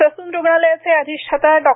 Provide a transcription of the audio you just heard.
Sassoon रुग्णालयाचे अधिष्ठाता डॉ